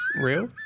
real